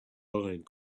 find